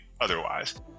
otherwise